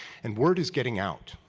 and word is getting out,